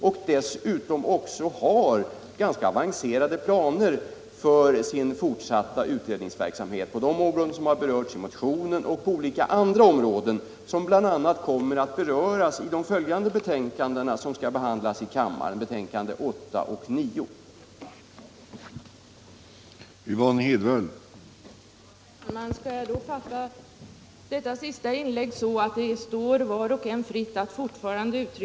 Kulturrådet har dessutom ganska avancerade planer för sin fortsatta utredningsverksamhet både på de områden som motionen gäller och på olika andra områden, som bl.a. berörs i kulturutskottets betänkanden nr 8 och 9, vilka senare skall behandlas i kammaren.